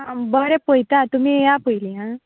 बरें पळयता तुमी येया पयलीं आ